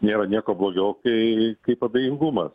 nėra nieko blogiau kai kaip abejingumas